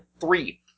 three